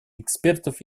экспертов